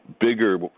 bigger